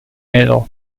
medal